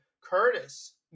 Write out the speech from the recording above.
Curtis